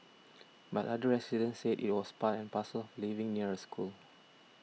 but other residents said it was part and parcel of living near a school